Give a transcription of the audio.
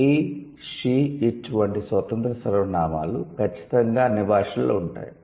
'he she it' వంటి స్వతంత్ర సర్వనామాలు ఖచ్చితంగా అన్ని భాషలలో ఉంటాయి